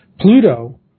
Pluto